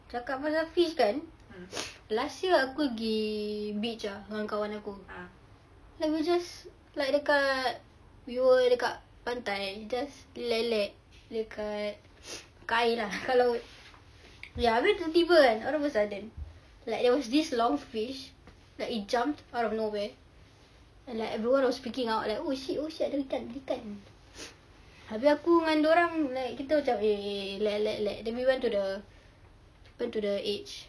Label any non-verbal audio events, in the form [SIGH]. cakap pasal fish kan [NOISE] last year aku pergi beach ah dengan kawan aku then we just like dekat we were dekat pantai just rilek rilek dekat [NOISE] kat air lah kat laut ya abeh tiba-tiba like out of a sudden like there was this long fish like it jumped out of nowhere and like everyone was speaking out like oh shit oh shit ada ikan ada ikan [NOISE] abeh aku dengan dia orang like kita macam !hey! !hey! !hey! rilek rilek then we went to the went to the edge